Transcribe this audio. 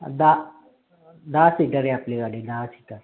दा दहा सीटर आहे आपली गाडी दहा सीटर